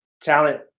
Talent